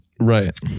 Right